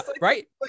Right